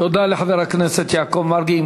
תודה לחבר הכנסת יעקב מרגי.